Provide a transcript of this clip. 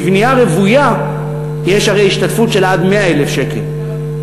בבנייה רוויה יש הרי השתתפות של עד 100,000 שקל,